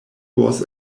was